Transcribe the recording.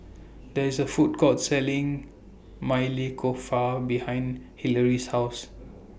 There IS A Food Court Selling Maili Kofta behind Hillery's House